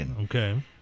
Okay